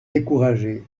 découragé